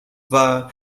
war